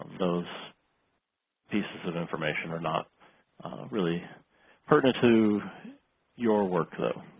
those pieces of information are not really pertinent to your work though.